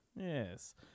Yes